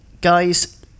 Guys